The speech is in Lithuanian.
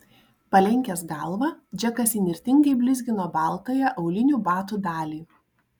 palenkęs galvą džekas įnirtingai blizgino baltąją aulinių batų dalį